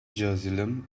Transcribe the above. jerusalem